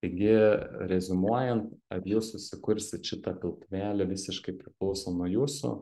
taigi reziumuojant ar jūs susikursit šitą piltuvėlį visiškai priklauso nuo jūsų